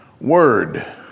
word